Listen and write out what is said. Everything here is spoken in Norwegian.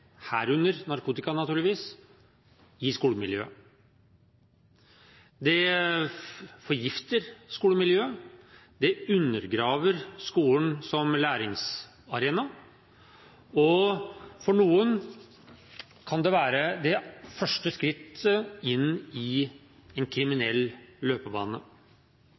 herunder narkotika, naturligvis – i skolemiljøet. Det forgifter skolemiljøet, det undergraver skolen som læringsarena, og for noen kan det være det første skrittet inn i en kriminell løpebane.